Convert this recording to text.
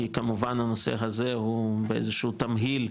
כי כמובן הנושא הזה באיזשהו תמהיל,